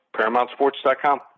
ParamountSports.com